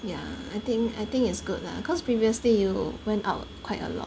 ya I think I think it's good lah cause previously you went out quite a lot